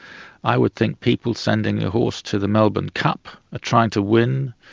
i would think people sending a horse to the melbourne cup are trying to win,